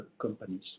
companies